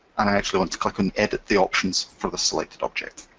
and i actually want to click on edit the options for the selected object.